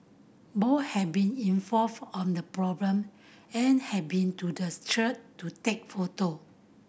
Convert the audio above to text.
both have been informed of the problem and have been to the church to take photo